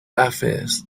affairs